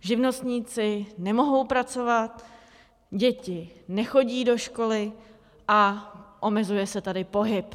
Živnostníci nemohou pracovat, děti nechodí do školy a omezuje se tady pohyb.